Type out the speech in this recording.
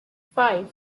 five